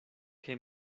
que